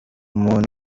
muntu